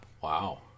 Wow